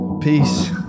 Peace